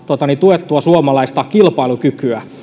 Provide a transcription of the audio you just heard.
tuettua suomalaista kilpailukykyä